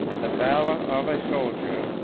the valor of a soldier,